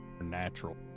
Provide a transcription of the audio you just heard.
natural